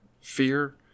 fear